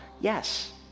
Yes